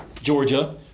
Georgia